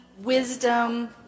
wisdom